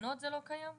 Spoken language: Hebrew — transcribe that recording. בתקנות זה לא קיים?